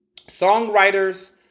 songwriters